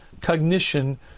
cognition